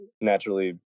naturally